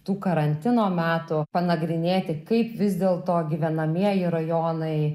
tų karantino metų panagrinėti kaip vis dėl to gyvenamieji rajonai